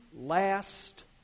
last